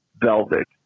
Velvet